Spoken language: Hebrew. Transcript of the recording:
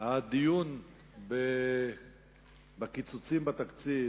הדיון בקיצוצים בתקציב